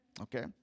Okay